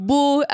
Boo